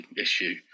issue